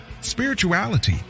spirituality